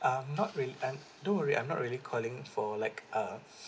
um not really and don't worry I'm not really calling for like uh